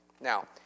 Now